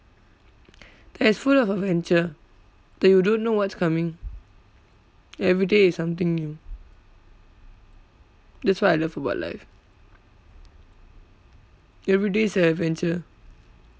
that is full of adventure that you don't know what's coming every day is something new that's why I love about life every day's a adventure